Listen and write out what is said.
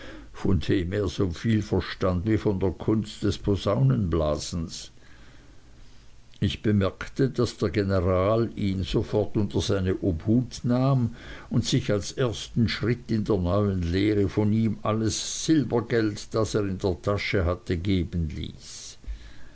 von dem er so viel verstand wie von der kunst des posaunenblasens ich bemerkte daß der general ihn sofort unter seine obhut nahm und sich als ersten schritt in der neuen lehre von ihm alles silbergeld das er in der tasche hatte geben ließ